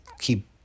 keep